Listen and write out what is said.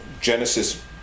Genesis